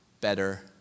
better